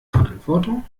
verantwortung